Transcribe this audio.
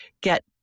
get